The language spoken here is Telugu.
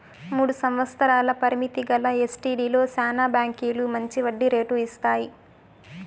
మూడు సంవత్సరాల పరిమితి గల ఎస్టీడీలో శానా బాంకీలు మంచి వడ్డీ రేటు ఇస్తాయి